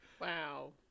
Wow